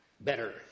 Better